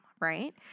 right